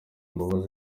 mbabazi